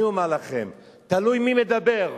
אני אומר לכם, תלוי מי מדבר.